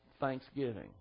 Thanksgiving